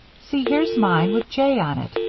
see, here's mine with j on it,